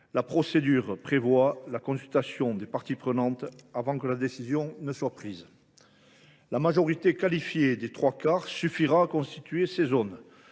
La procédure prévoit la consultation des parties prenantes avant toute prise de décision. La majorité qualifiée des trois quarts suffira à constituer ces zones.